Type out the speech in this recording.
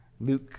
Luke